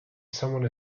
someone